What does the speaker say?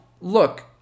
look